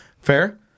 Fair